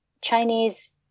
Chinese